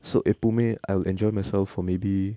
so எப்போவுமே:eppovume I will enjoy myself for maybe